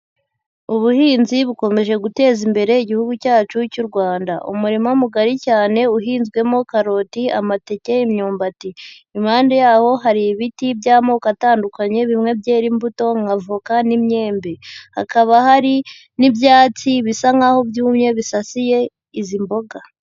Ubuhinzi bukomeje guteza imbere igihugu cyacu cy'u Rwanda, umurima mugari cyane uhinzwemo karoti, amateke, imyumbati. Impande yaho hari ibiti by'amoko atandukanye bimwe byera imbuto nk'avoka n'imyembe, hakaba hari n'ibyatsi bisa nk'aho byumye bisasiye izi mboga.